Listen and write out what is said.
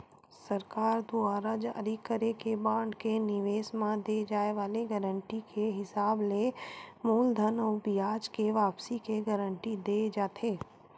सरकार दुवार जारी करे के बांड के निवेस म दे जाय वाले गारंटी के हिसाब ले मूलधन अउ बियाज के वापसी के गांरटी देय जाथे